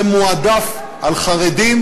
זה מועדף על חרדים,